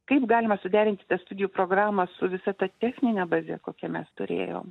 kaip galima suderint studijų programą su visa ta technine baze kokią mes turėjom